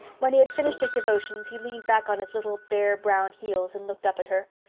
when he had finished his devotions he leaned back on his little, bare, brown heels and looked up at her.